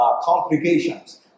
complications